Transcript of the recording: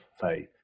faith